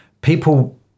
People